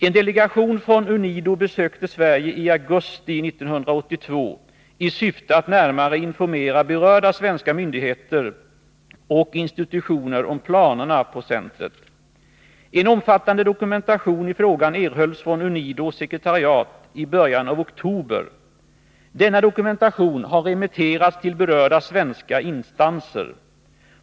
En delegation från UNIDO besökte Sverige i augusti 1982 i syfte att närmare informera berörda svenska myndigheter och institutioner om planerna på centret. En omfattande dokumentation i frågan erhölls från UNIDO-sekretariatet i början av oktober. Denna dokumentation har remitterats till berörda svenska instanser.